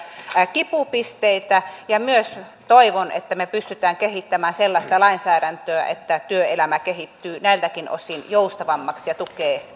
kipupisteitä ja myös toivon että me pystymme kehittämään sellaista lainsäädäntöä että työelämä kehittyy näiltäkin osin joustavammaksi ja tukee